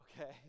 Okay